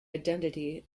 identity